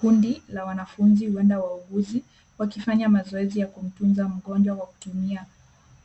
Kundi la wanafunzi huenda waguuzi, wakifanya mazoezi ya kutunza mgonjwa kwa kutumia